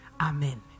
amen